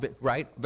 Right